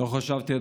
לא חשבתי,